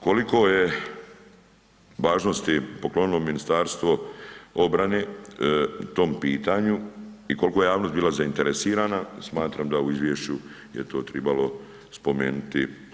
Koliko je važnosti poklonilo Ministarstvo obrane tom pitanju i koliko je javnost bila zainteresirana, smatram da u izvješću je to tribalo spomenuti.